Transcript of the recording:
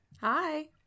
Hi